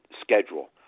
schedule